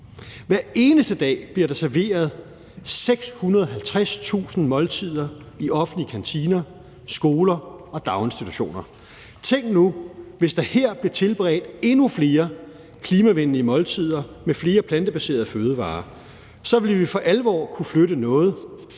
Hver eneste dag bliver der serveret 650.000 måltider i offentlige kantiner, skoler og daginstitutioner. Tænk nu, hvis der her blev tilberedt endnu flere klimavenlige måltider med flere plantebaserede fødevarer. Så ville vi for alvor kunne flytte noget